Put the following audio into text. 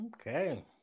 Okay